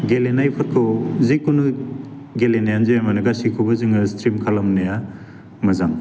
गेलेनायफोरखौ जिखुनु गेलेनायानो जाया मानो गासैखौबो जोङो स्ट्रिम खालामनाया मोजां